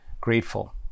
grateful